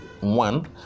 one